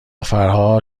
فرهاد